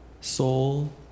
Soul